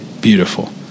beautiful